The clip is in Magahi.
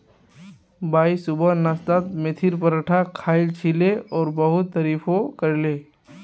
वाई सुबह नाश्तात मेथीर पराठा खायाल छिले और बहुत तारीफो करले